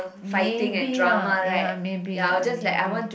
maybe ah ya maybe ya maybe